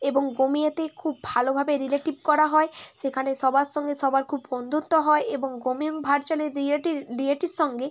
এবং গেমিংয়েতে খুব ভালোভাবে রিলেটিভ করা হয় সেখানে সবার সঙ্গে সবার খুব বন্ধুত্ব হয় এবং গেমিং ভার্চুয়ালে রিয়েলিটির সঙ্গে